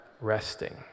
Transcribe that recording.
resting